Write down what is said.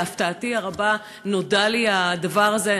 להפתעתי הרבה, נודע לי הדבר הזה.